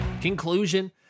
Conclusion